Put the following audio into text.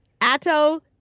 Atto